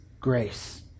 grace